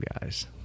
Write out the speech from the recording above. guys